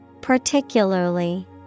Particularly